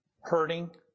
hurting